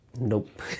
Nope